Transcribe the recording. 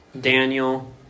Daniel